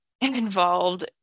involved